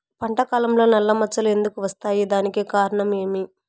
పంట కాలంలో నల్ల మచ్చలు ఎందుకు వస్తాయి? దానికి కారణం ఏమి?